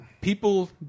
People